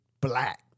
black